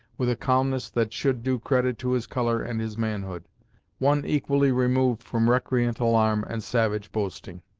with a calmness that should do credit to his colour and his manhood one equally removed from recreant alarm, and savage boasting.